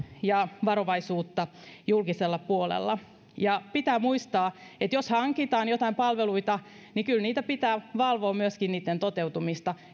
ja varovaisuutta julkisella puolella pitää muistaa että jos hankitaan joitain palveluita niin kyllä pitää valvoa myöskin niiden toteutumista